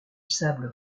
sable